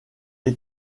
est